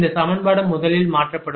இந்த சமன்பாடு முதலில் மாற்றப்படும்